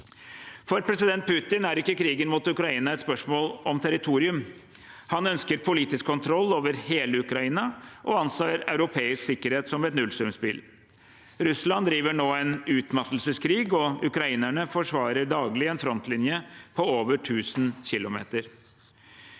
For president Putin er ikke krigen mot Ukraina et spørsmål om territorium. Han ønsker politisk kontroll over hele Ukraina og anser europeisk sikkerhet som et nullsumspill. Russland driver nå en utmattelseskrig, og ukrainerne forsvarer daglig en frontlinje på over 1 000 kilometer.